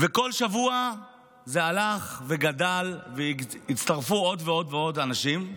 וכל שבוע זה הלך וגדל, והצטרפו עוד ועוד אנשים.